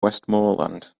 westmoreland